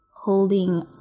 Holding